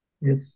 Yes